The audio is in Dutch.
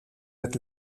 het